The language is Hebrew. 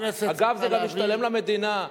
אגב, זה גם משתלם למדינה.